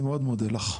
אני מאוד מודה לך.